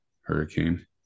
Hurricane